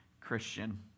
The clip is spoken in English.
Christian